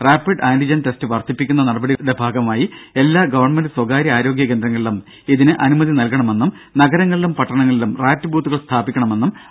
rapid antigen test വർധിപ്പിക്കുന്ന നടപടികളുടെ ഭാഗമായി എല്ലാ ഗവൺമെന്റ് സ്വകാര്യ ആരോഗ്യ കേന്ദ്രങ്ങളിലും ഇതിന് അനുമതി നൽകണമെന്നും നഗരങ്ങളിലും പട്ടണങ്ങളിലും റാറ്റ് ബൂത്തുകൾ സ്ഥാപിക്കണമെന്നും ഐസിഎംആർ പറഞ്ഞു